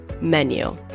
menu